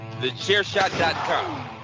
Thechairshot.com